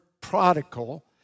prodigal